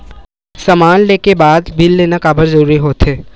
समान ले के बाद बिल लेना काबर जरूरी होथे?